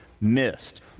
missed